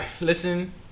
Listen